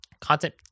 content